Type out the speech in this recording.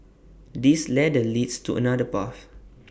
this ladder leads to another path